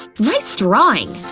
nice drawing!